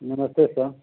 नमस्ते सर